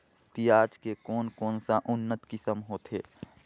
पियाज के कोन कोन सा उन्नत किसम होथे?